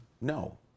no